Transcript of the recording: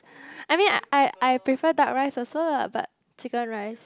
I mean I I prefer duck rice also lah but Chicken Rice